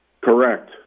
Correct